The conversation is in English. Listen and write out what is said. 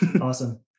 awesome